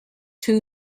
two